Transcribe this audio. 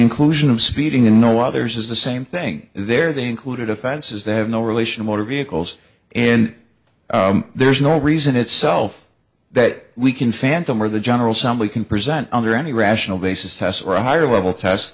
inclusion of speeding and no others is the same thing there they included offenses that have no relation of motor vehicles in there's no reason itself that we can phantom or the general somebody can present under any rational basis test or a higher level test